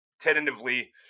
tentatively